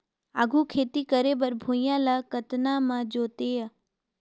आघु खेती करे बर भुइयां ल कतना म जोतेयं?